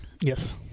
yes